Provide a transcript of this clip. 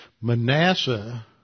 Manasseh